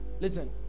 Listen